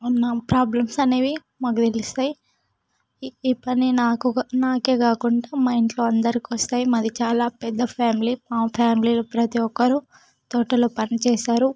ఉన్న ప్రాబ్లమ్స్ అనేవి మాకు తెలుస్తాయి ఈ పని నాకు ఒక నాకే కాకుండా మా ఇంట్లో అందరికీ వస్తాయి మాది చాలా పెద్ద ఫ్యామిలీ మా ఫ్యామిలీలో ప్రతీ ఒక్కరు తోటలో పనిచేశారు